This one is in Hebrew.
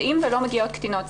יודעים ולא מגיעות קטינות.